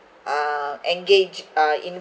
uh engage uh in